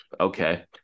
Okay